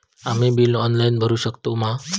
आम्ही bill online भरुक शकतू मा?